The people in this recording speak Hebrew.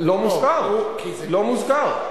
לא מוזכר, לא מוזכר.